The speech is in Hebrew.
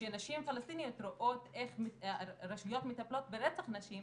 כשנשים פלשתיניות רואות איך הרשויות מטפלות ברצח נשים